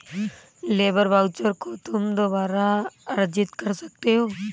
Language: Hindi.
लेबर वाउचर को तुम दोबारा अर्जित कर सकते हो